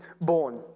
born